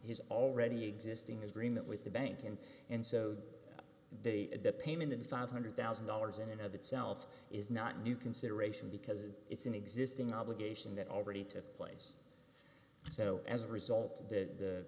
his already existing agreement with the bank and and so the payment of five hundred thousand dollars in and of itself is not new consideration because it's an existing obligation that already took place so as a result the